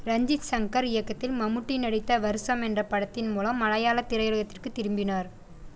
ரஞ்சித் சங்கர் இயக்கத்தில் மம்முட்டி நடித்த வருஷம் என்ற படத்தின் மூலம் மலையாள திரையுலகத்திற்குத் திரும்பினார்